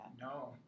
no